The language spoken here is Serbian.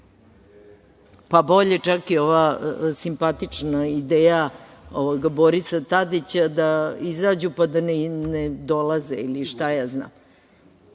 Bolje čak i ova simpatična ideja Borisa Tadića da izađu, pa da ne dolaze ili šta ja znam.